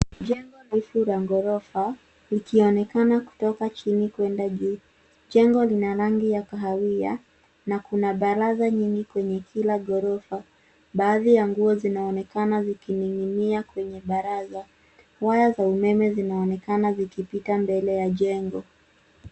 Jengo refu la ghorofa likionekana kutoka chini kwenda juu. Jengo lina rangi ya kahawia na kuna baraza nyingi kwenye kila ghorofa. Baadhi ya nguo zinaonekana zikining'inia kwenye baraza. Waya za umeme zinaonekana zikipita mbele ya jengo.